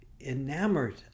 enamored